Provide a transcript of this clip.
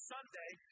Sunday